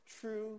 true